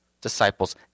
disciples